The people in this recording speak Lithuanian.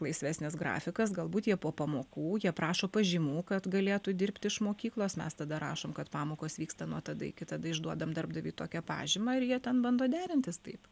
laisvesnis grafikas galbūt jie po pamokų jie prašo pažymų kad galėtų dirbti iš mokyklos mes tada rašom kad pamokos vyksta nuo tada iki tada išduodam darbdaviui tokią pažymą ir jie ten bando derintis taip